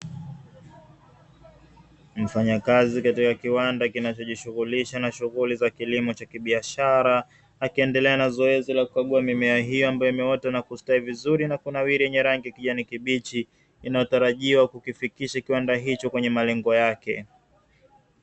Mfanyakazi katika kiwanda kinachojishughulisha na shughuli za kilimo cha kibiashara, akiendelea na zoezi la kukagua mimea hiyo ambayo imeota na kustawi vizuri na kunawiri yenye rangi kijani kibichi, inayotarajiwa kukifikisha kiwanda hicho kwenye malengo yake.